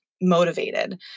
motivated